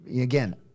again